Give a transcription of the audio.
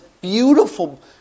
beautiful